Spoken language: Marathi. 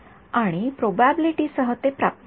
विद्यार्थी हो आणि प्रोबॅबिलिटीसह ते प्राप्त होईल